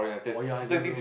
oh ya you all don't know